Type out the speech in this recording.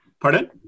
Pardon